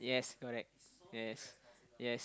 yes correct yes yes